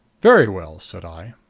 very well, said i.